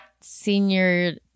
senior